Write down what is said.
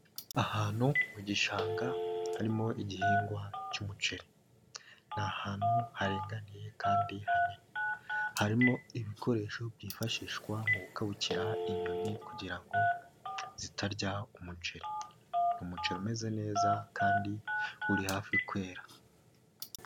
Ahantu mu gishanga, harimo igihingwa cy'umuceri. Ni ahantu haringaniye kandi hanini, harimo ibikoresho byifashishwa mu gukabukira inyoni, kugira ngo zitarya umuceri . Ni umuceri umeze neza kandi uri hafi kwera.